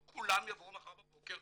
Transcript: לא כולם יבואו מחר בבוקר,